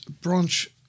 branch